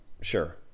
Sure